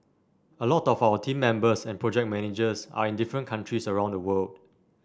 a lot of our team members and project managers are in different countries around the world